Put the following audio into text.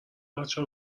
بچه